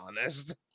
honest